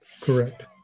Correct